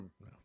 No